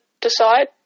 decide